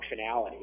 functionality